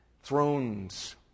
thrones